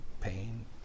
pain